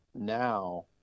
now